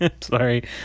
Sorry